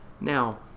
Now